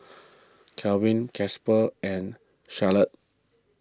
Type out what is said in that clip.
Kelvin Casper and